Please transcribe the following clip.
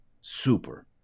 super